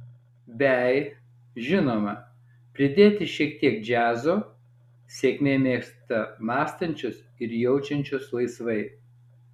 bei žinoma pridėti šiek tiek džiazo sėkmė mėgsta mąstančius ir jaučiančius laisvai